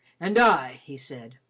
and i, he said,